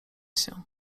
się